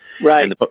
Right